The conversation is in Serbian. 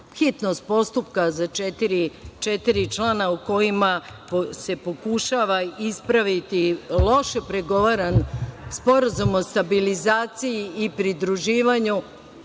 hitnost postupka za četiri člana u kojima se pokušava ispraviti loše pregovaran Sporazum o stabilizaciji i pridruživanju,